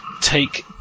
Take